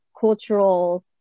cultural